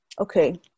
okay